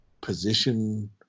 position